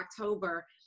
October